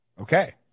okay